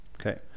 Okay